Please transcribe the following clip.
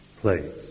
place